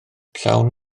llawn